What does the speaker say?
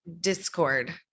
Discord